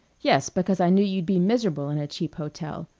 yes, because i knew you'd be miserable in a cheap hotel.